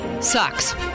Sucks